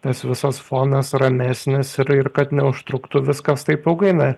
tas visas fonas ramesnis ir ir kad neužtruktų viskas taip ilgai na